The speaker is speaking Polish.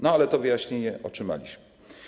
No, ale to wyjaśnienie otrzymaliśmy.